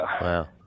Wow